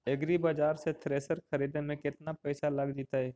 एग्रिबाजार से थ्रेसर खरिदे में केतना पैसा लग जितै?